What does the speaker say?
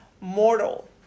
mortal